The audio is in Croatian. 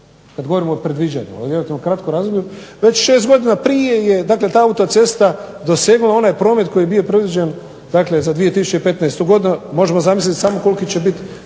malom razdoblju, već 6 godina prije je ta autocesta dosegnula onaj promet koji je bio predviđen za 2015. godinu, možemo samo zamisliti koliki će biti